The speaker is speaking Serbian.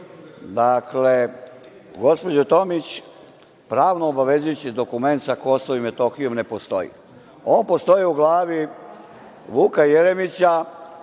ujedaju. Gospođo Tomić, pravno obavezujući dokument sa Kosovom i Metohijom ne postoji. On postoji u glavi Vuka Jeremića,